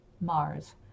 Mars